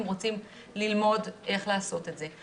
הם רוצים ללמוד איך לעשות את זה.